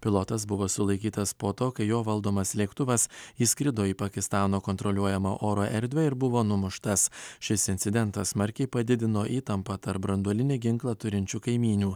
pilotas buvo sulaikytas po to kai jo valdomas lėktuvas įskrido į pakistano kontroliuojamą oro erdvę ir buvo numuštas šis incidentas smarkiai padidino įtampą tarp branduolinį ginklą turinčių kaimynių